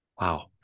Wow